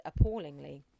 appallingly